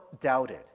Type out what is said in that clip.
doubted